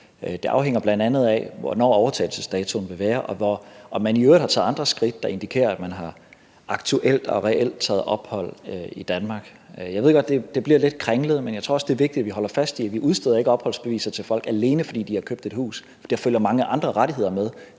Det afhænger bl.a. af overtagelsesdatoen, og om man i øvrigt har taget andre skridt, der indikerer, at man aktuelt og reelt har taget ophold i Danmark. Jeg ved godt, at det bliver lidt kringlet, men jeg tror også, det er vigtigt, at vi holder fast i, at vi ikke udsteder opholdsbeviser til folk, alene fordi de har købt et hus. Der følger mange andre rettigheder med